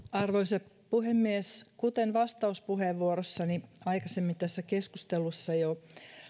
arvoisa puhemies kuten vastauspuheenvuorossani aikaisemmin tässä keskustelussa jo